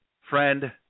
Friend